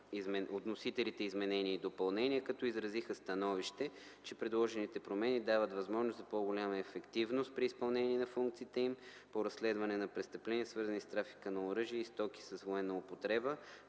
от вносителите изменения и допълнения, като изразиха становище, че предложените промени дават възможност за по-голяма ефективност при изпълнение на функциите им по разследване на престъпления, свързани с трафика на оръжие и стоки с военна употреба,